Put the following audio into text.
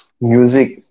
music